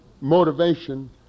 motivation